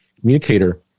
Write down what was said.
communicator